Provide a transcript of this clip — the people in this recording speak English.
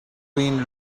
been